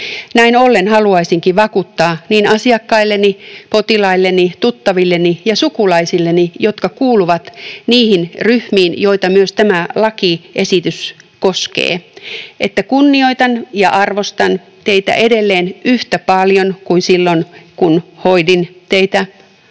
Näin ollen haluaisinkin vakuuttaa niin asiakkailleni, potilailleni, tuttavilleni ja sukulaisilleni, jotka kuuluvat niihin ryhmiin, joita myös tämä lakiesitys koskee, että kunnioitan ja arvostan teitä edelleen yhtä paljon kuin silloin, kun hoidin teitä